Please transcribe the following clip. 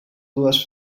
dues